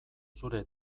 zure